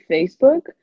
Facebook